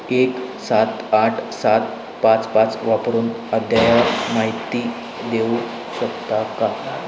एक सात आठ सात पाच पाच वापरून अद्ययावत माहिती देऊ शकता का